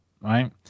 right